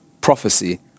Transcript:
prophecy